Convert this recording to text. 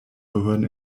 behörden